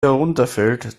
herunterfällt